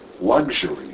luxury